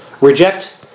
Reject